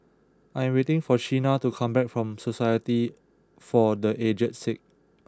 I am waiting for Shenna to come back from Society for the Aged Sick